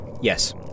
Yes